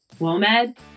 WOMED